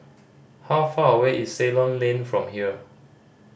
how far away is Ceylon Lane from here